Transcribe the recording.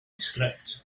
script